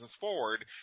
forward